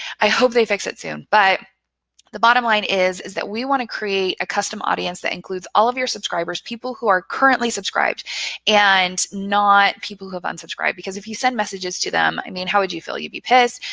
i hope they fix it soon. but the bottom line is is that we want to create a custom audience that includes all of your subscribers, people who are currently subscribed and not people who have unsubscribed. because if you send messages to them, i mean, how would you feel? you'd be pissed,